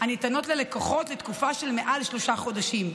הניתנות ללקוחות לתקופה של מעל שלושה חודשים.